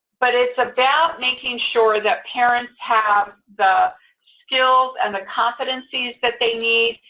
but it's about making sure that parents have the skills and the competencies that they need,